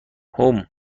هومممم